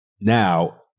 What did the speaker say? Now